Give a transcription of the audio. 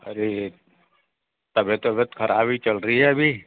अरे तबियत तबियत खराब ही चल रही है अभी